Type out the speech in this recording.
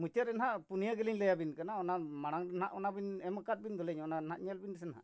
ᱢᱩᱪᱟᱹᱫ ᱨᱮ ᱱᱟᱜ ᱯᱩᱱᱤᱭᱟᱹ ᱜᱤᱞᱤᱧ ᱞᱟᱹᱭᱟᱵᱤᱱ ᱠᱟᱱᱟ ᱚᱱᱟ ᱢᱟᱲᱟᱝ ᱫᱚ ᱱᱟᱜ ᱚᱱᱟ ᱵᱤᱱ ᱮᱢ ᱟᱠᱟᱫ ᱵᱤᱱ ᱫᱚᱞᱤᱧ ᱚᱱᱟ ᱨᱮ ᱱᱟᱜ ᱧᱮᱞ ᱵᱤᱱ ᱥᱮ ᱱᱟᱜ